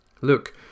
Look